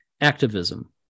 activism